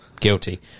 guilty